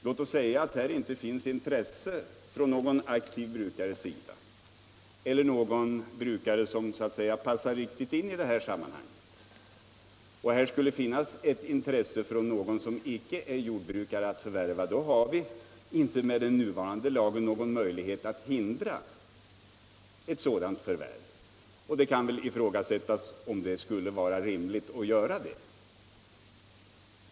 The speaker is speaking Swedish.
Låt oss säga att det inte finns intresse från någon aktiv brukares sida eller från någon brukare som så att säga passar riktigt in i sammanhanget, medan det finns ett intresse hos någon som icke är jordbrukare att förvärva fastigheten. Då har vi med nuvarande lagstiftning ingen möjlighet att hindra ett sådant förvärv, och det kan väl ifrågasättas om det skulle vara rimligt att göra det.